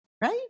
Right